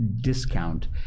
discount